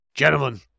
Gentlemen